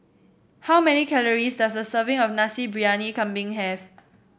how many calories does a serving of Nasi Briyani Kambing have